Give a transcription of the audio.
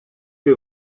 que